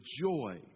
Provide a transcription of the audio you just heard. joy